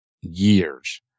years